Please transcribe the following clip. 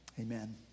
amen